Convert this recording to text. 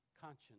conscience